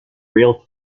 real